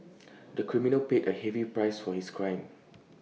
the criminal paid A heavy price for his crime